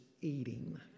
eating